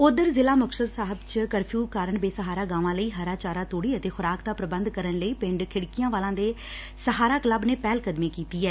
ਉਧਰ ਜ਼ਿਲ੍ਹਾ ਸ੍ਰੀ ਮੁਕਤਸਰ ਸਾਹਿਬ ਵਿੱਚ ਕਰਫਿਉ ਕਾਰਨ ਬੇਸਹਾਰਾ ਗਾਵਾਂ ਲਈ ਹਰਾ ਚਾਰਾ ਤੁੜੀ ਅਤੇ ਖੁਰਾਕ ਦਾ ਪ੍ਰਬੰਧ ਕਰਨ ਲਈ ਪਿੰਡ ਖਿੜਕੀਆਂਵਾਲਾ ਦੇ ਸਹਾਰਾ ਕਲੱਬ ਨੇ ਪਹਿਲਕਦਮੀ ਕੀਤੀ ਏ